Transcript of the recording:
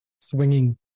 swinging